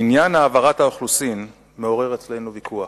עניין העברת האוכלוסין מעורר אצלנו ויכוח: